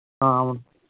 అవును